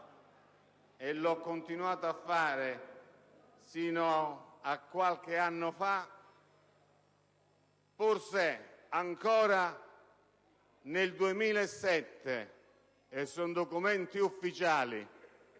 E l'ho continuato a farlo sino a qualche anno fa, pur se, ancora nel 2007, come risulta da documenti ufficiali,